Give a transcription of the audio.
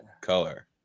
color